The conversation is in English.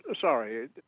Sorry